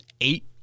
eight